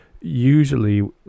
usually